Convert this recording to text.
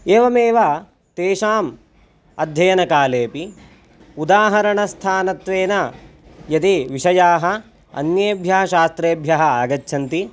एवमेव तेषाम् अध्ययनकालेपि उदाहरणस्थानत्वेन यदि विषयाः अन्येभ्यः शास्त्रेभ्यः आगच्छन्ति